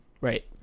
Right